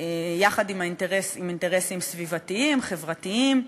יחד עם אינטרסים סביבתיים, חברתיים,